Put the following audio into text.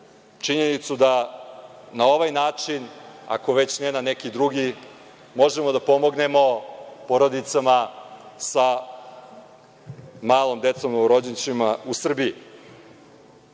činjenicu da na ovaj način, ako već nema neki drugi možemo da pomognemo porodicama sa malom decom, novorođenčadima u Srbiji. Svaki